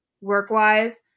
work-wise